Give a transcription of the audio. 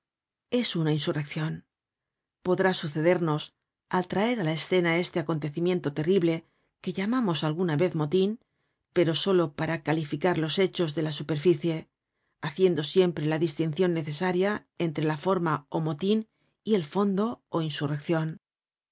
es una insurreccion podrá sucedemos al traer á la escena este acontecimiento terrible que llamamos alguna vez motin pero solo para calificar los hechos de la superficie haciendo siempre la distincion necesaria entre la forma ó motin y el fondo ó insurreccion